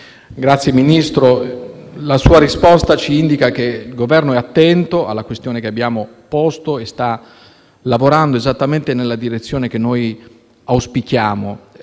Signor Ministro, la sua risposta ci indica che il Governo è attento alla questione che abbiamo posto e sta lavorando esattamente nella direzione che auspichiamo.